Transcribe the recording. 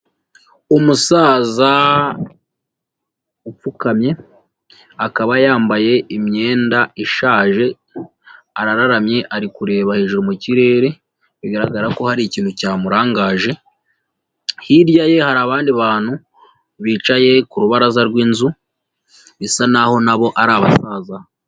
Umusaza upfukamye, akaba yambaye imyenda ishaje, araramye ari kureba hejuru mu kirere, bigaragara ko hari ikintu cyamurangaje, hirya ye hari abandi bantu bicaye ku rubaraza rw'inzu bisa naho na bo ari abasaza.